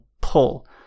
pull